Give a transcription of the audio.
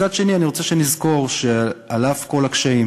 מצד שני, אני רוצה שנזכור שעל אף כל הקשיים,